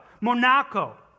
Monaco